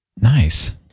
Nice